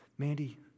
Mandy